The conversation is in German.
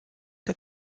der